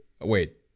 Wait